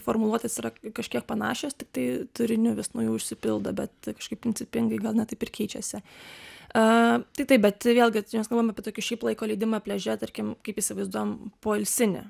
formuluotės yra kažkiek panašios tiktai turiniu vis nauju užsipildo bet kažkaip principingai gal ne taip ir tai taip bet vėlgi čia mes kalbam apie tokį šiaip laiko leidimą pliaže tarkim kaip įsivaizduojame poilsinę